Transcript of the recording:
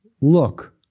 look